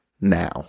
now